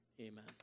Amen